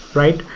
right?